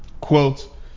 Quote